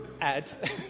add